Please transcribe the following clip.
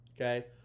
Okay